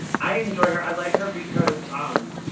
i enjoy her i like her because um